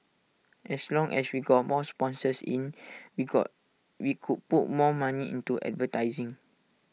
as long as we got more sponsors in we got we could put more money into advertising